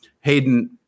Hayden